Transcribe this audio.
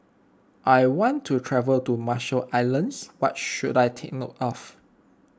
I want to travel to Marshall Islands what should I take note of